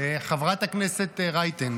חברת הכנסת רייטן,